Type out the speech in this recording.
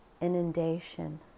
inundation